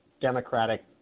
Democratic